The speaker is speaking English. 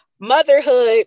motherhood